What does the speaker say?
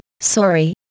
Sorry